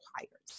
requires